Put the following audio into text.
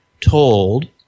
told